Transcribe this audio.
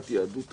לוועדה.